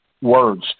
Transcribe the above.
Words